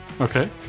Okay